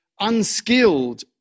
unskilled